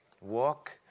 walk